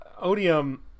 odium